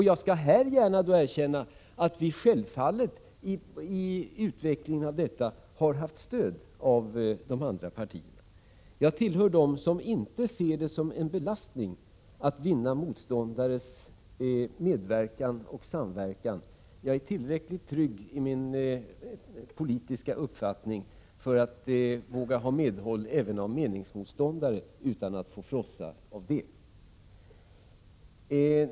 Jag skall här gärna erkänna att vi i utvecklingen av detta självfallet har haft stöd av de andra partierna. Jag tillhör dem som inte ser det som en belastning att vinna motståndares medverkan och samverkan. Jag är tillräckligt trygg i min politiska uppfattning för att kunna få medhåll även av meningsmotståndare utan att få frossa.